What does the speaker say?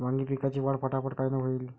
वांगी पिकाची वाढ फटाफट कायनं होईल?